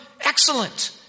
excellent